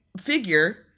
figure